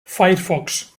firefox